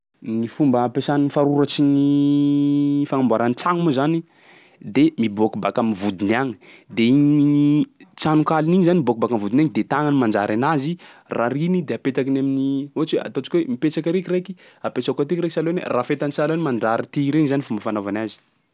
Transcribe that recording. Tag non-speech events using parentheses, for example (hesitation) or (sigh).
Gny fomba ampiasan'ny faroratsy ny (hesitation) fagnamboarany tragno moa zany de miboaky baka am'vodiny agny. De igny igny tsanonkalany igny zany miboaky baka am'vodiny agny de tagnany manjary anazy, rariany i de apetakiny amin'ny ohatsy hoe ataontsika hoe mipetsaky ariky raiky, apetsako atiky raiky; sahalan'ny hoe rafetany sara ny mandrary tihy regny zany fomba fanaovany azy.